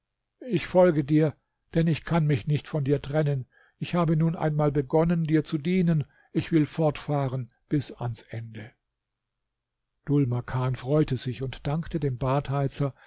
ich folge dir denn ich kann mich nicht von dir trennen ich habe nun einmal begonnen dir zu dienen ich will fortfahren bis ans ende dhul makan freute sich und dankte dem badheizer